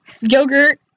Yogurt